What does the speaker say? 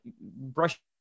brush